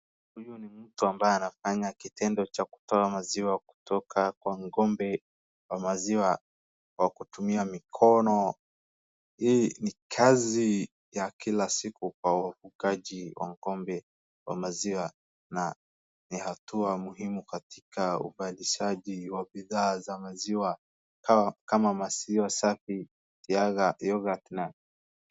Huyu ni mtu ambaye anafanya kitendo cha kutoa maziwa kutoka kwa ng'ombe wa maziwa kwa kutumia mikono. Hii ni kazi ya kila siku kwa wafugaji wa ng'ombe wa maziwa na ni hatua muhimu katika ubadilishaji wa bidhaa za maziwa kama maziwa safi, siagi, yogurt na.